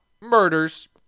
murders